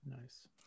Nice